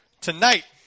tonight